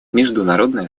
международное